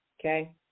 okay